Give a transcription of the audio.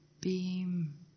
beam